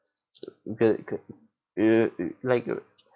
g~ c~ uh like